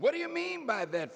what do you mean by that